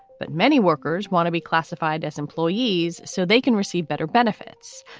but many workers want to be classified as employees so they can receive better benefits.